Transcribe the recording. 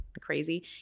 crazy